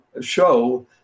show